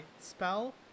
spell